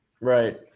Right